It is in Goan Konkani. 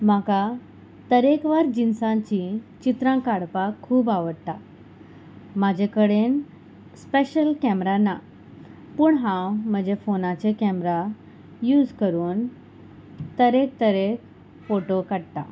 म्हाका तरेकवार जिन्सांची चित्रां काडपाक खूब आवडटा म्हाजे कडेन स्पेशल कॅमरा ना पूण हांव म्हज्या फोनाचे कॅमरा यूज करून तरेक तरेक फोटो काडटा